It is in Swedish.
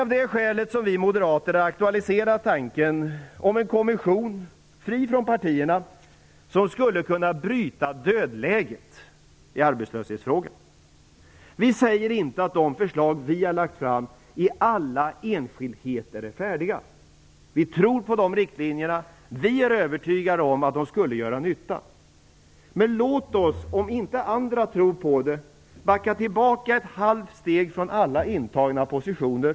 Av det skälet har vi moderater aktualiserat tanken på en kommission, fri från partierna, som skulle kunna bryta dödläget i arbetslöshetsfrågan. Vi säger inte att de förslag som vi lagt fram i alla enskildheter är färdiga. Vi tror på riktlinjerna och vi är övertygade om att de skulle göra nytta. Men låt oss, om nu inte andra tror på det här, backa ett halvt steg från alla intagna positioner!